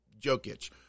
Jokic